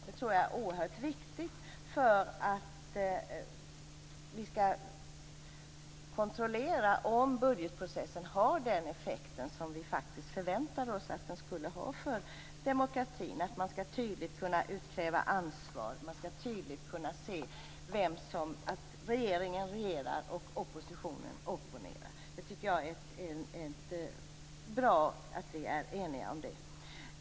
Det tror jag är oerhört viktigt för att vi skall kunna kontrollera om budgetprocessen har den effekt som vi förväntade oss att den skulle ha för demokratin. Man skall tydligt kunna utkräva ansvar och man skall tydligt kunna se att regeringen regerar och oppositionen opponerar. Jag tycker att det är bra att vi är eniga om det.